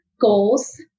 goals